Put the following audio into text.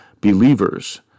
believers